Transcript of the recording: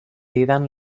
didan